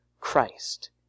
Christ